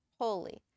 holy